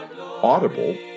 Audible